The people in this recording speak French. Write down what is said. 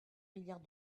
milliards